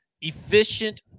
efficient